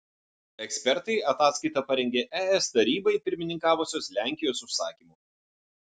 ekspertai ataskaitą parengė es tarybai pirmininkavusios lenkijos užsakymu